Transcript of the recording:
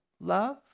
love